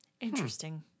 Interesting